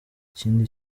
ikindi